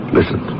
Listen